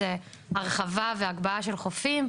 זה הרחבה והגבהה של חופים,